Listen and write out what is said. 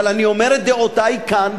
אבל אני אומר את דעותי כאן,